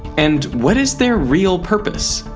and, what is their real purpose?